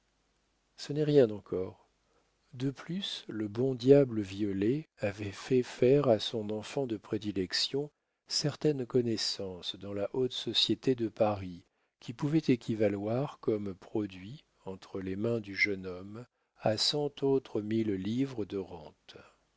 ce n'est rien encore de plus le bon diable violet avait fait faire à son enfant de prédilection certaines connaissances dans la haute société de paris qui pouvaient équivaloir comme produit entre les mains du jeune homme à cent autres mille livres de rente